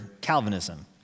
Calvinism